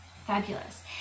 Fabulous